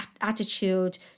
attitude